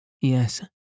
Yes